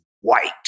white